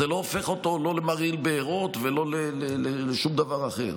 זה לא הופך אותו למרעיל בארות ולא לשום דבר אחר.